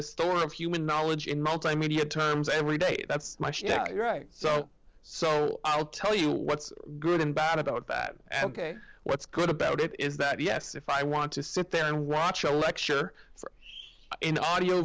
the store of human knowledge in multimedia terms every day that's right so so i'll tell you what's good and bad about that ok what's good about it is that yes if i want to sit there and watch a lecture or in audio